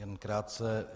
Jen krátce.